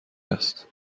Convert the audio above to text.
است